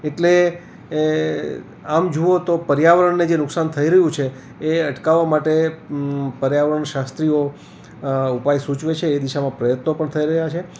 એટલે આમ જોવો તો પર્યાવરણને જે નુકસાન થઈ રહ્યું છે એ અટકાવા માટે પર્યાવરણ શાસ્ત્રીઓ ઉપાય સૂચવે છે એ દિશામાં પ્રયત્નો પણ થઈ રહ્યાં છે